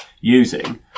using